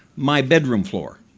my bedroom floor.